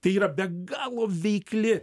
tai yra be galo veikli